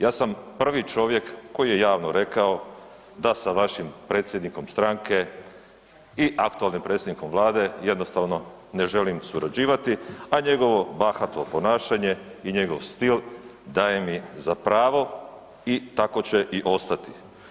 Ja sam prvi čovjek koji je javno rekao da sa vašim predsjednikom stranke i vašim predsjednikom Vlade jednostavno ne želim surađivati, a njegovo bahato ponašanje i njegov stil daje mi za pravo i tako će i ostati.